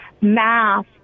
math